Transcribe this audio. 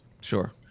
Sure